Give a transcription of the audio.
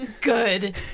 good